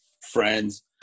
friends